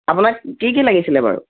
আপোনাক কি কি লাগিছিলে বাৰু